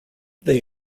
they